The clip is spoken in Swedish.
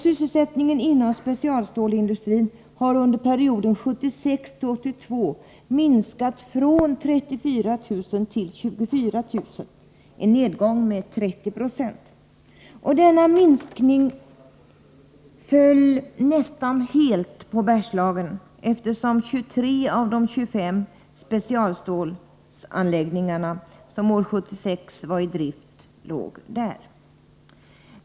Sysselsättningen inom specialstålsindustrin har under perioden 1976-1982 minskat från 34 000 till 24 000 — en nedgång med 30 96. Denna minskning föll nästan helt på Bergslagen, eftersom 23 av de 25 specialstålsanläggningar som år 1976 var i drift låg där.